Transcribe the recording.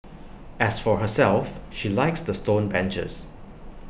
as for herself she likes the stone benches